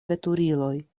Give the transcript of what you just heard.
veturiloj